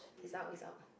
it's out it's out